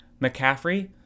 McCaffrey